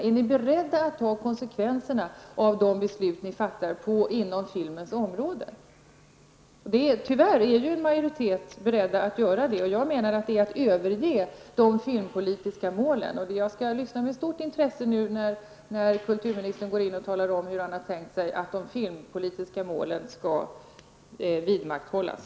Är ni beredda att ta konsekvenserna av de beslut ni fattar på filmens område. Tyvärr är en majoritet beredd att fatta beslut som får dessa konsekvenser, och jag anser att det innebär att man överger de filmpolitiska målen. Jag skall lyssna med stort intresse till kulturministern när han går in i debatten och talar om hur han har tänkt sig att de filmpolitiska målen skall kunna vidmakthållas.